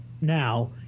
now